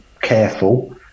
careful